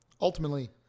Ultimately